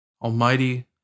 Almighty